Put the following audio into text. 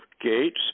Gates